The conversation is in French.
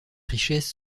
richesse